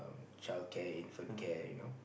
childcare infant care you know